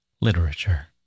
literature